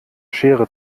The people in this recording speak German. schere